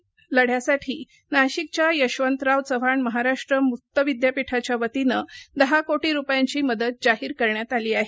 corona विरोधातील लढण्यासाठी नाशिकच्या यशवंतराव चव्हाण महाराष्ट्र मुक्त विद्यापीठाच्या वतीनं दहा कोटी रूपयांची मदत जाहिर करण्यात आली आहे